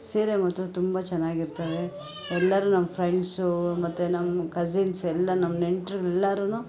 ಸೀರೆ ಮಾತ್ರ ತುಂಬ ಚೆನ್ನಾಗಿರ್ತವೆ ಎಲ್ಲರೂ ನಮ್ಮ ಫ್ರೆಂಡ್ಸು ಮತ್ತು ನಮ್ಮ ಕಸಿನ್ಸ್ ಎಲ್ಲ ನಮ್ಮ ನೆಂಟರು ಎಲ್ಲರೂ